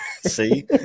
See